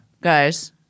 guys